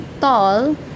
tall